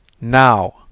Now